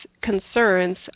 concerns